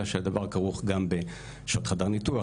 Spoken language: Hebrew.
אלא שהדבר כרוך גם בשעות חדר ניתוח,